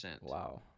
Wow